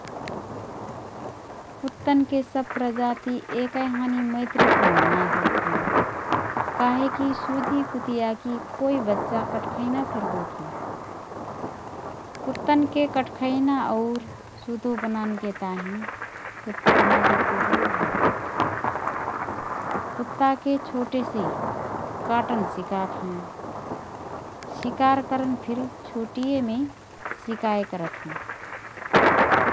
कुत्तनके सब प्रजाति एकए हानी मैत्रीपूर्ण नाएँ होतहएँ कहेकी सुधि कुतियाकी कोइ बच्चा कट्खैना फिर होत हएँ । कुत्तनके कट्खैना और सुधो बनानके ताहिँ कुत्तक मालिकको बडो हात होत हए । कुत्ताके छोटेसे काटन सिकात हएँ । सिकार करन फिर छोटिएमे सिकाए करत हएँ ।